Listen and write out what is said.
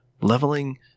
leveling